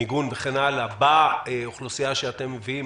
מיגון וכן הלאה באוכלוסייה שאתם מביאים,